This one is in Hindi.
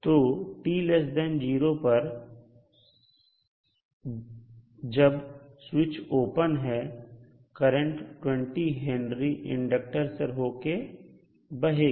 तो t0 पर जब स्विच ओपन है करंट 20H इंडक्टर से होकर बहेगी